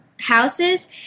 houses